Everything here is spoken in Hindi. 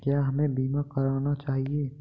क्या हमें बीमा करना चाहिए?